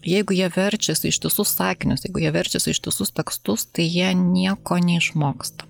jeigu jie verčiasi ištisus sakinius jeigu jie verčiasi ištisus tekstus tai jie nieko neišmoksta